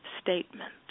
statement